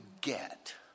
get